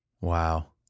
Wow